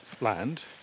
land